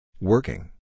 Working